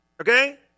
Okay